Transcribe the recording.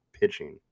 pitching